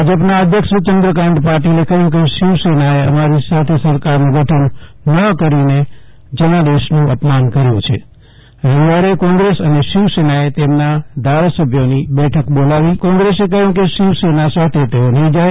ભાજપના અધ્યક્ષ ચંદ્રકાન્ત પાટિલે કહ્યું કે શિવસેનઘ્પે અમારી સાથે સરકારનું ગઠન કરીને જનાદેશનું અપમાન કર્યું છે રવિવારે કોંગ્રેસ અને શિવસેનાએ તેમના ધારાસભ્યોની બેઠક બોલાવી કોંગ્રેસ કહ્યું કે શિવસેના સાથે તેઓ નહીં જાય